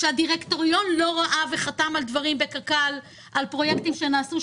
שהדירקטוריון לא ראה וחתם על דברים בקק"ל על פרויקטים שנעשו,